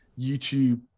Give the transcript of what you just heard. YouTube